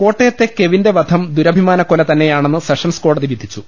കോട്ടയത്തെ കെവിന്റെ വധം ദുരഭിമാനക്കൊല തന്നെയാ ണെന്ന് സെഷൻസ് കോടതി വിധിച്ചു